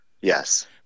Yes